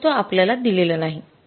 जो तो आपल्यालादिलेला नाही